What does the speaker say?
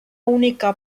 única